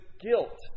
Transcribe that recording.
guilt